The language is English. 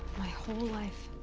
my whole life.